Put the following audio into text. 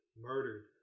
murdered